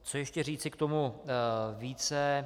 Co ještě říci k tomu více?